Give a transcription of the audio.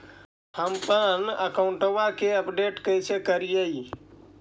हमपन अकाउंट वा के अपडेट कैसै करिअई?